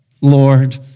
Lord